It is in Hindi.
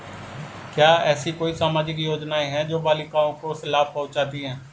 क्या ऐसी कोई सामाजिक योजनाएँ हैं जो बालिकाओं को लाभ पहुँचाती हैं?